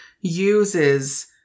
uses